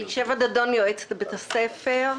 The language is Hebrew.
אני יועצת בית הספר.